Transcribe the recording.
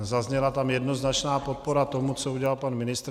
Zazněla tam jednoznačná podpora tomu, co udělal pan ministr.